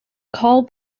called